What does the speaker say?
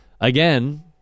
again